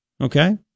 Okay